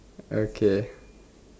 okay